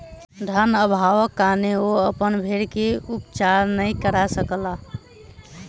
धन अभावक कारणेँ ओ अपन भेड़ के उपचार नै करा सकला